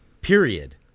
period